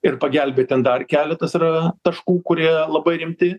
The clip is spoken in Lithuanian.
ir pagelbėt ten dar keletas yra taškų kurie labai rimti